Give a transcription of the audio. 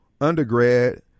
undergrad